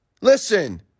listen